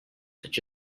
such